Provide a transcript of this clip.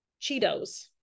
Cheetos